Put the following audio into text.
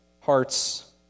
Hearts